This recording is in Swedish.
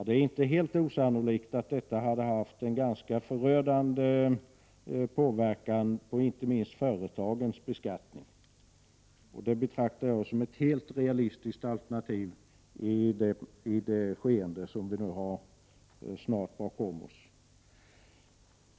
Det är inte alls osannolikt att detta hade haft en ganska förödande inverkan på inte minst företagens beskattning. Det betraktar jag som ett helt realistiskt alternativ i det skeende som vi snart har bakom oss.